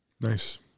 Nice